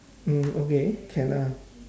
mm okay can ah